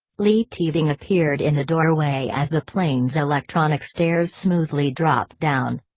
leigh teabing appeared in the doorway as the plane's electronic stairs smoothly dropped down.